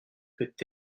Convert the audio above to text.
peut